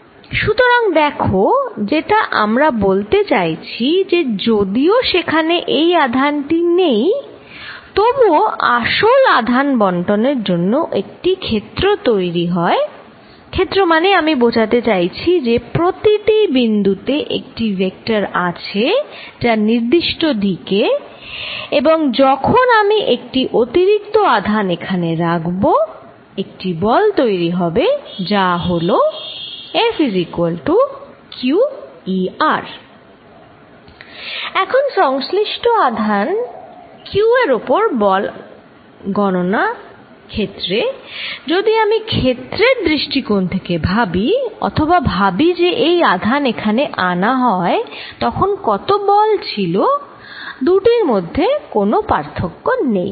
সুতরাং দেখো যেটা আমরা বলতে চাইছি যে যদিও সেখানে এই আধান টি নেই তবুও আসল আধান বণ্টনের জন্য একটি ক্ষেত্র তৈরি হয় ক্ষেত্র মানে আমি বোঝাতে চাইছি যে প্রতিটি বিন্দুতে একটি ভেক্টর আছে যা নির্দিষ্ট দিকে এবং যখন আমি একটি অতিরিক্ত আধান এখানে রাখব একটি বল তৈরি হবে যা হলো এখন সংশ্লিষ্ট আধানে q উপর বল গণনার ক্ষেত্রে যদি আমি ক্ষেত্রের দৃষ্টিকোণ থেকে ভাবি অথবা ভাবি যে যখন এই আধান এখানে আনা হয় তখন কত বল ছিল দুটির মধ্যে কোন পার্থক্য নেই